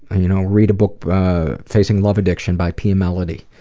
you know read a book facing love addiction by pia mellody.